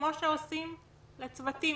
כמו שעושים לצוותים.